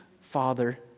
father